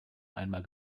einmal